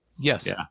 Yes